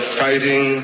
fighting